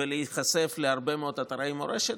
ולהיחשף להרבה מאוד אתרי מורשת.